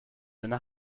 donna